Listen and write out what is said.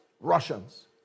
Russians